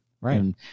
Right